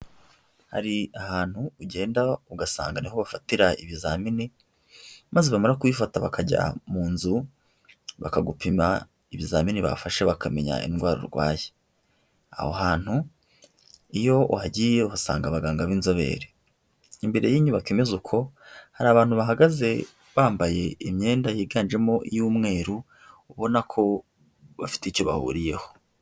Hari ahantu ujyenda ugasanga niho bafatira ibizamini, maze bamara kubifata bakajya mu nzu bakagupima ibizamini bafashe bakamenya indwara urwaye. Aho hantu iyo uhagiye ubasanga abaganga b'inzobere. Imbere y'inyubako imeza uko, hari abantu bahagaze bambaye imyenda yiganjemo iy'umweru, ubona ko bafite icyo bahuriyeho.